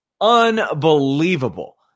Unbelievable